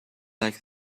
like